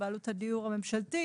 בבעלות הדיור הממשלתי,